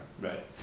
Right